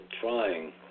trying